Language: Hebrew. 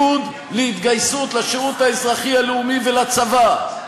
שיהיה עידוד להתגייסות לשירות האזרחי הלאומי ולצבא,